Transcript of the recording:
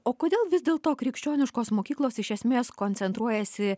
o kodėl vis dėl to krikščioniškos mokyklos iš esmės koncentruojasi